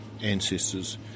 ancestors